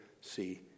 see